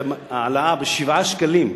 העלאה ב-7 שקלים,